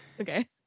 Okay